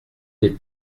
des